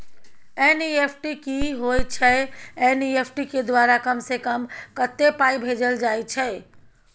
NEFT की होय छै एन.ई.एफ.टी के द्वारा कम से कम कत्ते पाई भेजल जाय छै?